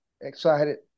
excited